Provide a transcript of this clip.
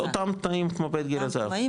אותם תנאים כמו בית גיל הזהב,